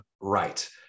right